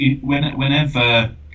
whenever